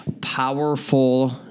powerful